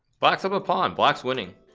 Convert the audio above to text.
box up a pawn block's winning